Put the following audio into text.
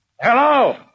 Hello